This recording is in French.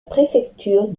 préfecture